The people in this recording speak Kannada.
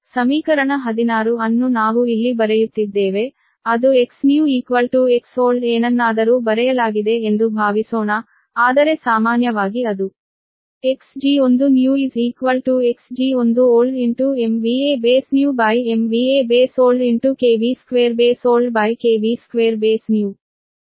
ಆದ್ದರಿಂದ ಸಮೀಕರಣ 16 ಅನ್ನು ನಾವು ಇಲ್ಲಿ ಬರೆಯುತ್ತಿದ್ದೇವೆ ಅದು Xnew Xold ಏನನ್ನಾದರೂ ಬರೆಯಲಾಗಿದೆ ಎಂದು ಭಾವಿಸೋಣ ಆದರೆ ಸಾಮಾನ್ಯವಾಗಿ ಅದು Xg1new Xg1old BnewBoldBold2Bnew2 ನೀವು Bnew Bold 100 ಎಂದು ಭಾವಿಸುತ್ತೀರಿ